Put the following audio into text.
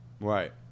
Right